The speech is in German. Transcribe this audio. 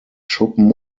schuppen